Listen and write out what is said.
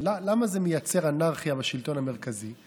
למה זה מייצר אנרכיה בשלטון המרכזי?